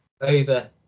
over